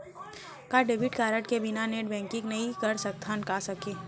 का debit card के बिना नेट बैंकिंग नई करे जाथे सके?